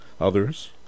others